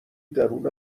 درون